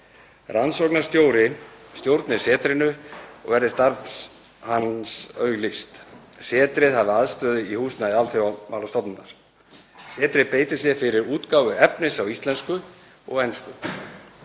Rannsóknastjóri stjórni setrinu og verði starf hans auglýst. Setrið hafi aðstöðu í húsnæði Alþjóðamálastofnunar. Setrið beiti sér fyrir útgáfu efnis á íslensku og ensku,